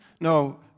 No